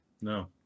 no